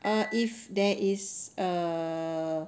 err if there is err